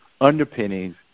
underpinnings